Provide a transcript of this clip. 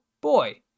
boy